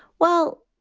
well,